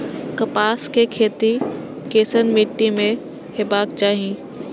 कपास के खेती केसन मीट्टी में हेबाक चाही?